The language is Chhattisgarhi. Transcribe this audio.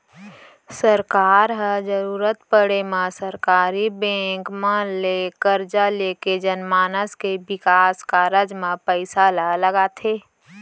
सरकार ह जरुरत पड़े म सरकारी बेंक मन ले करजा लेके जनमानस के बिकास कारज म पइसा ल लगाथे